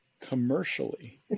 commercially